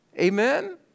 Amen